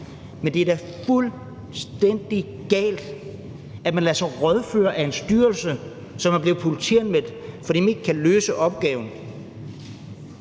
Men det er da fuldstændig galt, at man lader sig rådgive af en styrelse, som er blevet politianmeldt, fordi den ikke kan løse opgaven.